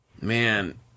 Man